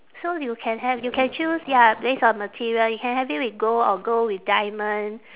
so you can have you can choose ya based on material you can have it with gold or gold with diamond